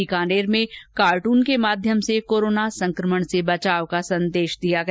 बीकानेर में कार्टून के माध्यम से कोरोना संकमण से बचाव का संदेश दिया गया